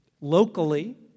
locally